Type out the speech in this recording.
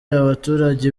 abaturage